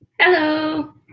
Hello